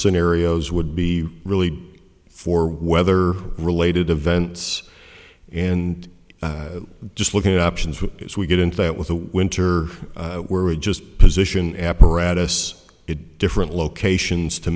scenarios would be really for weather related events and just looking at options which as we get into that with the winter where we just position apparatus it different locations to